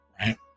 right